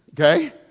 Okay